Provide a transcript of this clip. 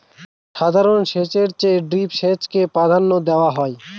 সাধারণ সেচের চেয়ে ড্রিপ সেচকে প্রাধান্য দেওয়া হয়